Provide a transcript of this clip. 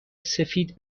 سفید